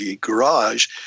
Garage